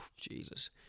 Jesus